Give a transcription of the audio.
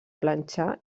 planxar